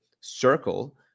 Circle